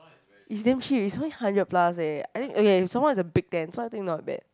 is damn cheap is only hundred plus eh I think okay some more is a big tent so I think not bad